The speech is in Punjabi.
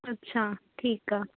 ਅੱਛਾ ਠੀਕ ਆ